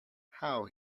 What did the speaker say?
how